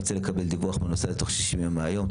ואני רוצה לקבל דיווח בנושא תוך 60 יום מהיום.